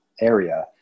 area